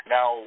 Now